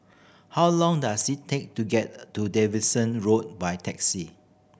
how long does it take to get to Davidson Road by taxi